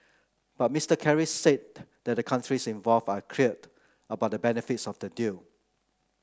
but Mister Kerry said that the countries involved are cleared about the benefits of the deal